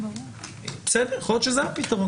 יכול להיות שזה הפתרון.